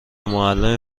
معلم